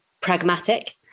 pragmatic